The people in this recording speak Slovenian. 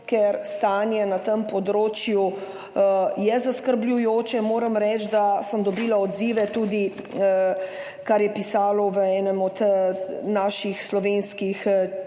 je stanje na tem področju zaskrbljujoče. Moram reči, da sem dobila odzive, tudi glede tega, kar je pisalo v enem od naših slovenskih